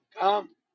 come